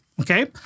Okay